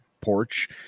porch